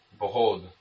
Behold